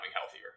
healthier